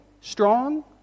strong